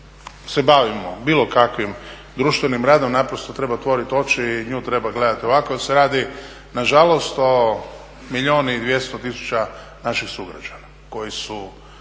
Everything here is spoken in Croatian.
se bavimo bilo kakvim društvenim radom, naprosto treba otvoriti oči i nju treba gledati ovako jer se radi nažalost o milijun i 200 tisuća naših sugrađana koji su